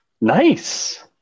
Nice